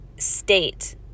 State